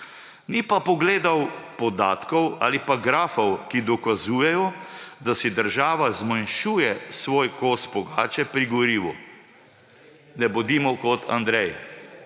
Ni pa pogledal podatkov ali pa grafov, ki dokazujejo, da si država zmanjšuje svoj kos pogače pri gorivu. Ne bodimo kot Andrej.